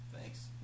Thanks